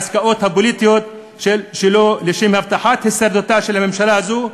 העסקאות הפוליטיות שלו לשם הבטחת הישרדותה של הממשלה הזו,